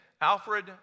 alfred